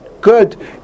Good